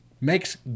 makes